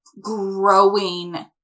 growing